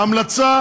ההמלצה,